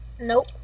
Nope